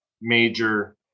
major